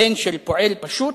בן של פועל פשוט,